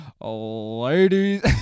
Ladies